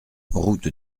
route